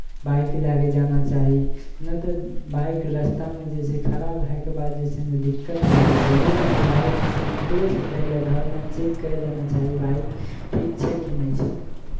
bike लए कऽ जाना चाही नहि तऽ बाइक रस्तामे जे छै खराब होयके बाद जे छै ने दिक्कत भए जाइ छै इएह लए कऽ बाइकसँ निकलयसँ पहिले घरमे चेक करि लेना चाही बाइक ठीक छै कि नहि छै